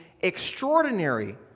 extraordinary